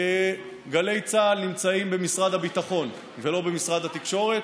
גלי צה"ל נמצאים במשרד הביטחון, לא במשרד התקשורת.